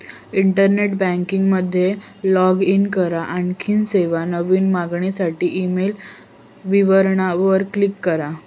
internet banking मध्ये log in करा, आणखी सेवा, नवीन मागणीसाठी ईमेल विवरणा वर क्लिक करा